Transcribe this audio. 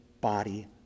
body